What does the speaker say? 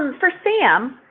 um for sam,